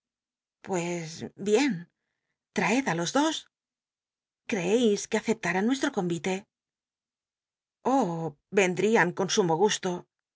pues bien traed á los dos creeteis que aceptmán nuesti'o convite endrian con sumo gusto